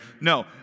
No